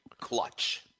clutch